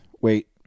wait